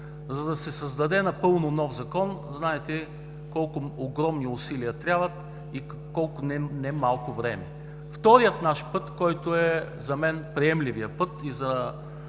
За да се създаде напълно нов Закон, знаете колко огромни усилия трябват и колко немалко време. Вторият наш път, който за мен е приемливият и